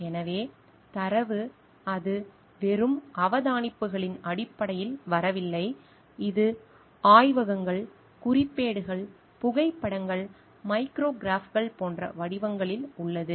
எனவே தரவு அது வெறும் அவதானிப்புகளின் அடிப்படையில் வரவில்லை இது ஆய்வகங்கள் குறிப்பேடுகள் புகைப்படங்கள் மைக்ரோகிராஃப்கள் போன்ற வடிவங்களில் உள்ளது